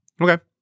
Okay